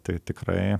tai tikrai